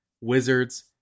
Wizards